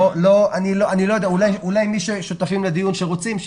אולי מי ששותפים לדיון ורוצים,